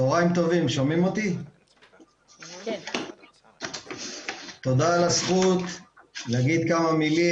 צוהריים טובים, תודה על הזכות להגיד כמה מילים.